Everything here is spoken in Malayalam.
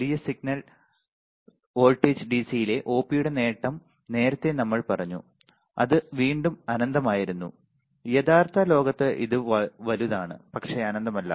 വലിയ സിഗ്നൽ വോൾട്ടേജ് ഡിസിയിലെ ഒപിയുടെ നേട്ടം നേരത്തെ നമ്മൾ പറഞ്ഞു അത് വീണ്ടും അനന്തമായിരുന്നു യഥാർത്ഥ ലോകത്ത് ഇത് വലുതാണ് പക്ഷേ അനന്തമല്ല